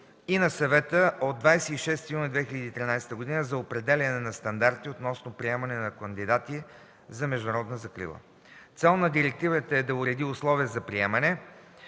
и на Съвета от 26 юни 2013 г. за определяне на стандарти относно приемането на кандидати за международна закрила. Цел на директивата е да уреди условия на приемане,